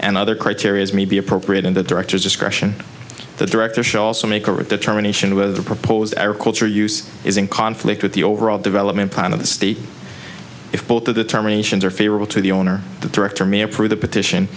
and other criteria is may be appropriate in the director's discretion the director show also make a determination whether the proposed agriculture use is in conflict with the overall development plan of the state if both of the terminations are favorable to the owner the director may approve the petition